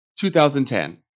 2010